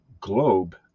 globe